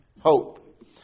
hope